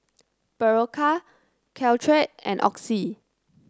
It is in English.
Berocca Caltrate and Oxy